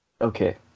Okay